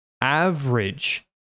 average